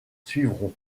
suivront